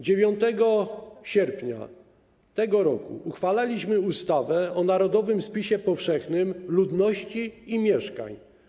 9 sierpnia tego roku uchwalaliśmy ustawę o Narodowym Spisie Powszechnym Ludności i Mieszkań.